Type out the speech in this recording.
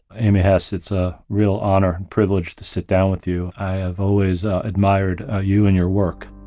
amy hess, it's a real honor and privilege to sit down with you. i have always admired ah you and your work.